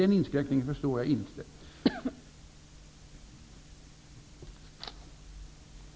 Den inskränkningen förstår jag därför inte.